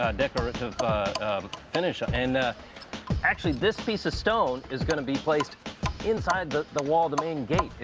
ah decorative finish. and actually, this piece of stone is going to be placed inside the the wall, the main gate.